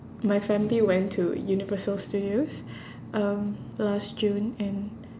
my family went to universal studios um last june and